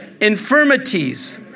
infirmities